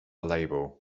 label